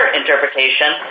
interpretation